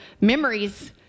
memories